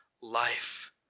life